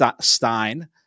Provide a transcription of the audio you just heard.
Stein